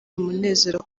umunezero